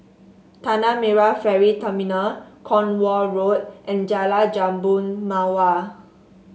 Tanah Merah Ferry Terminal Cornwall Road and Jalan Jambu Mawar